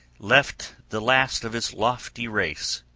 left the last of his lofty race,